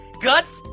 Guts